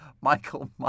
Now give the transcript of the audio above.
Michael